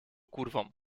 kurwą